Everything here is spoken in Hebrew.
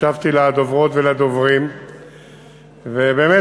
הקשבתי לדוברות ולדוברים ובאמת